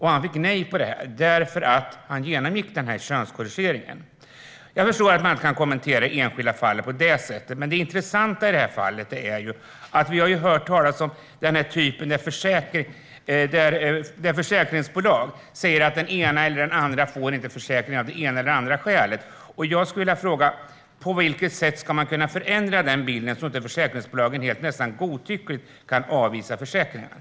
Han fick nej på att teckna försäkringar för att han genomgick könskorrigeringen. Jag förstår att man inte kan kommentera enskilda fall på det sättet. Men det intressanta i det här fallet är att vi har hört talas om när försäkringsbolag säger att den ena eller andra inte får försäkringar av det ena eller andra skälet. Jag skulle vilja fråga: På vilket sätt ska man kunna förändra den bilden så att inte försäkringsbolagen nästan godtyckligt kan avvisa försäkringarna?